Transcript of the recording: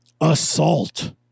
Assault